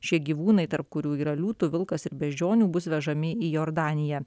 šie gyvūnai tarp kurių yra liūtų vilkas ir beždžionių bus vežami į jordaniją